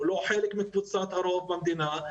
הוא לא חלק מקבוצת הרוב במדינה.